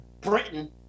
Britain